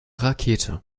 rakete